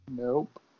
Nope